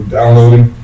downloading